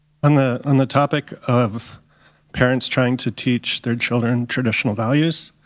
on the on the topic of parents trying to teach their children traditional values.